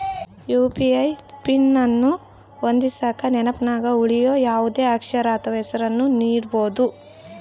UPI PIN ಅನ್ನು ಹೊಂದಿಸಕ ನೆನಪಿನಗ ಉಳಿಯೋ ಯಾವುದೇ ಅಕ್ಷರ ಅಥ್ವ ಹೆಸರನ್ನ ನೀಡಬೋದು